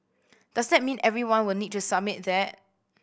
does that mean everyone would need to submit that